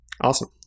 Awesome